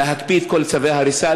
להקפיא את כל צווי ההריסה,